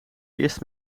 eerst